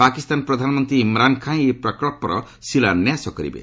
ପାକିସ୍ତାନ ପ୍ରଧାନମନ୍ତ୍ରୀ ଇମ୍ରାନ୍ ଖାନ୍ ଏହି ପ୍ରକଳ୍ପର ଶିଳାନ୍ୟାସ କରିବେ